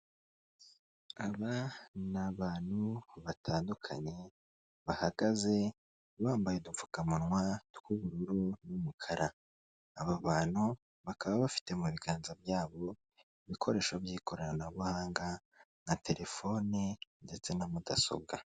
Aba ni abantu batandukanye, bahagaze bambaye udupfukamunwa tw'ubururu n'umukara. Aba bantu bakaba bafite mu biganza byabo ibikoresho by'ikoranabuhanga, nka telefone ndetse na mudasobwa.